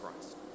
Christ